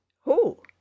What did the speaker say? Who